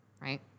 right